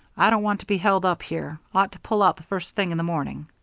i don't want to be held up here ought to pull out the first thing in the morning.